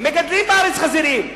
מגדלים בארץ חזירים.